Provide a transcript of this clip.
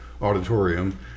Auditorium